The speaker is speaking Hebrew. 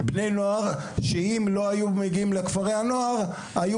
בני נוער שאם לא היו מגיעים לכפרי הנוער היו